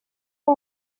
nta